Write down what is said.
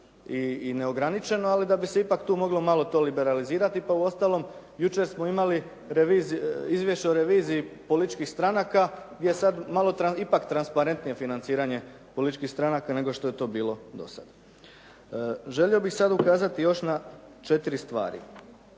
i neograničeno, ali da bi se ipak tu moglo malo to liberalizirati, pa uostalom jučer smo imali izvješće o reviziji političkih stranaka gdje je sad malo ipak transparentnije financiranje političkih stranaka nego što je to bilo do sad. Želio bih sad ukazati još na četiri stvari.